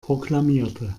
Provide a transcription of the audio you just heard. proklamierte